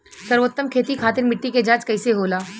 सर्वोत्तम खेती खातिर मिट्टी के जाँच कईसे होला?